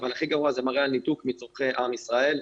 אבל הכי גרוע זה מראה על ניתוק מצורכי עם ישראל,